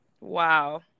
Wow